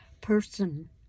person